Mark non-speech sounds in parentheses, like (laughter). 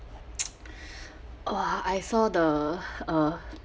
(noise) (breath) !wah! I saw the uh